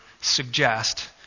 suggest